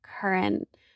current